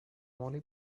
molly